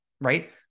right